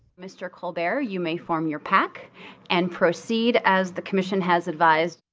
mr. colbert, you may form your pac and proceed as the commission has advised.